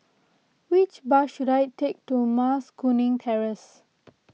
which bus should I take to Mas Kuning Terrace